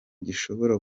gishobora